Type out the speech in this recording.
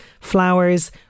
flowers